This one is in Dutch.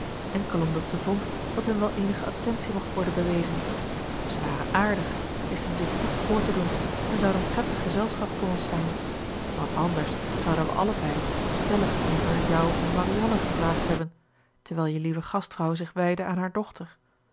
enkel omdat ze vond dat hun wel eenige attentie mocht worden bewezen ze waren aardig wisten zich goed voor te doen en zouden prettig gezelschap voor ons zijn want anders zouden we allebei stellig liever jou en marianne gevraagd hebben terwijl je lieve gastvrouw zich wijdde aan haar dochter